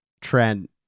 Trent